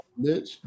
bitch